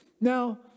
Now